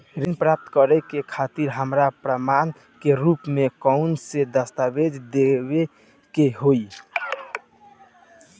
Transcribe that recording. ऋण प्राप्त करे के खातिर हमरा प्रमाण के रूप में कउन से दस्तावेज़ दिखावे के होइ?